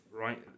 right